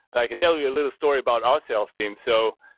like you know yeah little story about our sales team. so,